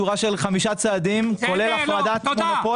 שורה של חמישה צעדים כולל הפרדת תחום הפול